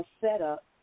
setup